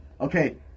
okay